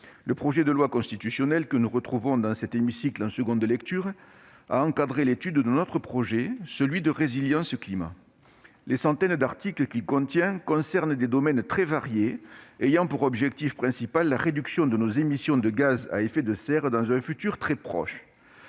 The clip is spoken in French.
Le projet de loi constitutionnelle, que nous retrouvons dans cet hémicycle en deuxième lecture, a encadré l'étude d'un autre projet, celui du projet de loi Climat et résilience. Les centaines d'articles qu'il contient concernent des domaines très variés, ayant pour objectif principal la réduction de nos émissions de gaz à effet de serre dans un avenir très proche.